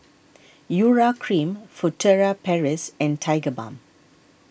Urea Cream Furtere Paris and Tigerbalm